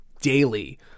daily